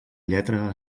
lletra